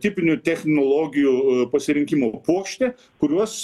tipinių technologijų pasirinkimo puokštė kuriuos